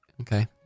Okay